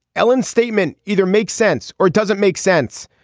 ellen statement either makes sense or doesn't make sense.